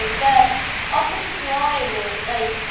but also just knowing that, like,